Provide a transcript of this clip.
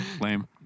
Lame